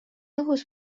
õhus